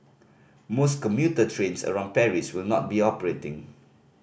most commuter trains around Paris will not be operating